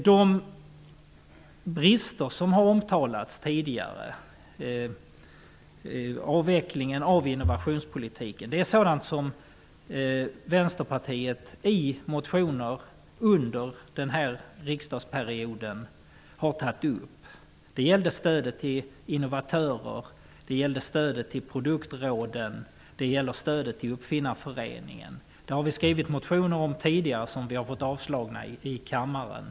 De brister som tidigare har omtalats tidigare -- t.ex. avvecklingen av innovationspolitiken -- är sådant som Vänsterpartiet under denna mandatperiod har tagit upp i motioner. Det gäller stödet till innovatörer, stödet till produktråden och stödet till Uppfinnareföreningen. Detta har vi tidigare väckt motioner om, som sedan har avslagits av kammaren.